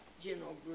general